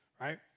right